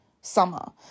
summer